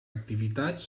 activitats